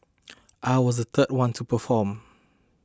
I was the third one to perform